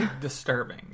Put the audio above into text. disturbing